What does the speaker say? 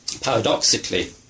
paradoxically